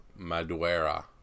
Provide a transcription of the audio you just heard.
Maduera